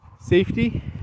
safety